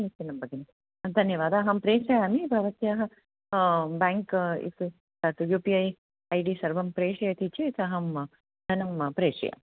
समीचीनं भगिनि धन्यवादः अहं प्रेषयामि भवत्याः बेङ्क् इति तत् U P I I D सर्वं प्रेषयति चेत् अहं धनं प्रेषय